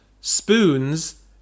Spoons